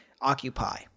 occupy